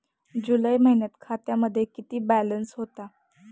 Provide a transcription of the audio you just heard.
जुलै महिन्यात खात्यामध्ये किती बॅलन्स होता?